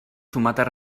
tomates